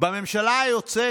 בממשלה היוצאת